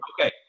Okay